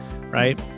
right